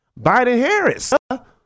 Biden-Harris